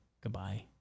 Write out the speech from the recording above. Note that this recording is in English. Goodbye